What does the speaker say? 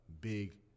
big